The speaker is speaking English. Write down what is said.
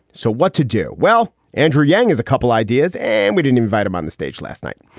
so what to do? well, andrew yang has a couple ideas and we didn't invite him on the stage last night.